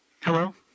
Hello